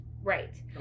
Right